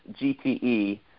GTE